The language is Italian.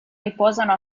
riposano